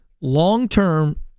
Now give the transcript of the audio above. long-term